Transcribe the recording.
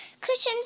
cushions